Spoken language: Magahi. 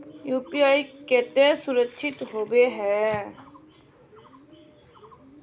यु.पी.आई केते सुरक्षित होबे है?